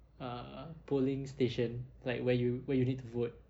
uh polling station like where you where you need to vote